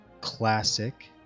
classic